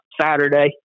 Saturday